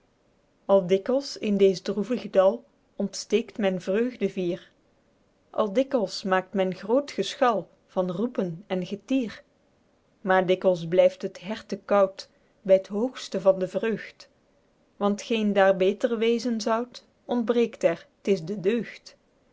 al dikwyls in dees droevig dal ontsteekt men vreugdevier al dikwyls maekt men groot geschal van roepen en getier maer dikwyls blyft het herte koud by t hoogste van de vreugd want t geen daer beter wezen zoud ontbreekt er t is de deugd